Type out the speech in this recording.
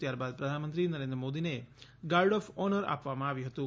ત્યારબાદ પ્રધાનમંત્રી નરેન્દ્ર મોદીને ગાર્ડ ઓફ ઓનર આપવામાં આવ્યું હતું